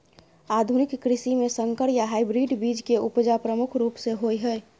आधुनिक कृषि में संकर या हाइब्रिड बीज के उपजा प्रमुख रूप से होय हय